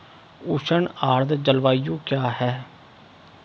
उष्ण आर्द्र जलवायु क्या है?